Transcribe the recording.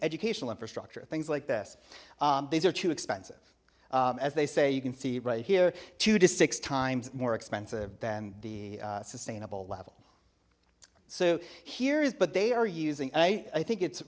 tional infrastructure things like this these are too expensive as they say you can see right here two to six times more expensive than the sustainable level so here is but they are using i i think it's